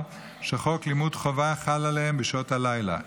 שחוק לימוד חובה חל עליהם בשעות הלילה,